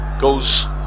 goes